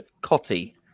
Cotty